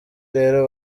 rero